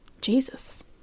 Jesus